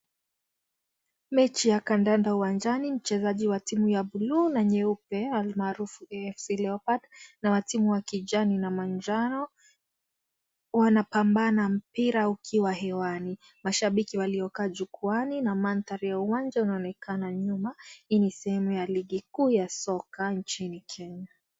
Mechi ya kandanda uwanjani, mchezaji wa timu ya bluu na nyeupe al maarufu AFC Leopard na wa timu ya kijani kibichi na manjano wanapambana mpira ukiwa hewani. Mashabiki waliokaa jukwaani na mandhari ya uwanja yanaonekana nyuma. Hii ni timu ya ligi kuu ya soka nchini Kenya.